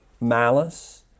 malice